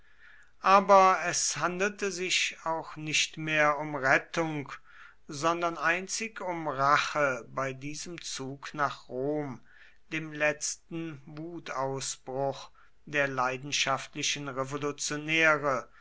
aber es handelte sich auch nicht mehr um rettung sondern einzig um rache bei diesem zug nach rom dem letzten wutausbruch der leidenschaftlichen revolutionäre